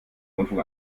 unfug